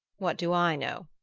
what do i know?